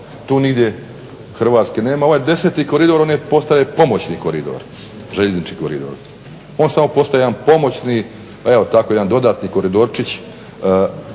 tu nigdje Hrvatske nema. Ovaj 10. koridor postaje pomoćni koridor, željeznički koridor. On samo postaje jedan pomoćni, jedan dodatni koridorčić